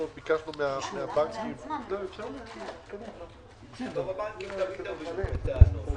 אנחנו ביקשנו מהבנקים --- הבנקים תמיד --- בטענות.